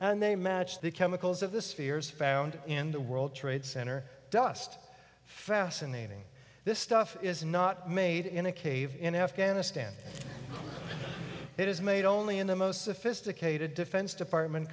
and they match the chemicals of the spheres found in the world trade center dust fascinating this stuff is not made in a cave in afghanistan it is made only in the most sophisticated defense department